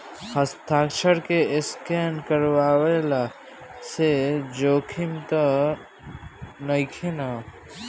हस्ताक्षर के स्केन करवला से जोखिम त नइखे न?